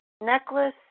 necklace